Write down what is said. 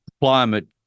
climate